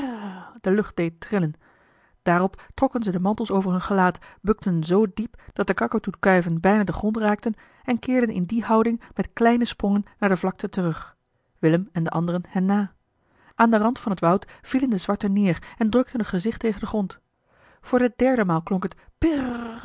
de lucht deed trillen daarop trokken ze de mantels over hun gelaat bukten zoo diep dat de kakatoekuiven bijna den grond raakten en keerden in die houding met kleine sprongen naar de vlakte terug willem en de anderen hen na aan den rand van het woud vielen de zwarten neer en drukten het gezicht tegen den grond voor de derde maal klonk het